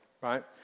right